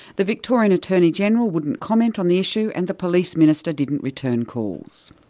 the victorian attorney-general wouldn't comment on the issue, and the police minister didn't return calls.